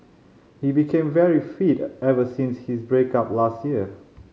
he became very fit ever since his break up last year